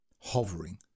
hovering